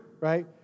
right